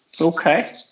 Okay